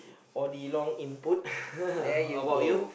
for the long input how about you